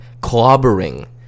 clobbering